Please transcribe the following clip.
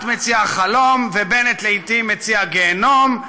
את מציעה חלום, ובנט לעתים מציע גיהינום,